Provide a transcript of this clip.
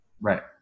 Right